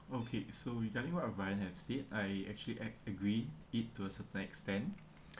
okay so regarding what of mine have said I actually act~ agree it to a certain extent